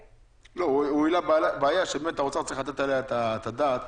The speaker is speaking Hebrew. הוא העלה בעיה שבאמת האוצר צריך לתת עליה את הדעת.